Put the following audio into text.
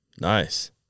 Nice